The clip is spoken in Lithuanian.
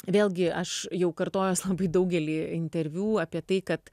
vėlgi aš jau kartojuos labai daugely interviu apie tai kad